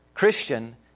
Christian